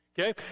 Okay